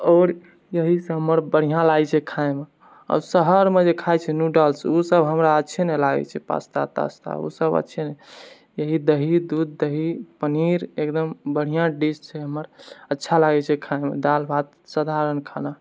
आओर इएह सब हम्मे बढ़िआँ लागैत छै खाएमे आओर शहरमे जे खाए छै नूडल्स ओ सब हमरा अच्छे नहि लागैत छ पास्ता तास्ता ओ सब अच्छे ओ सब अच्छे ही दही दूध दही पनीर एकदम बढ़िआँ डिश छै हमर अच्छा लागैत छै खाएमे दाल भात साधारण खाना